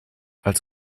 als